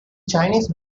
chinese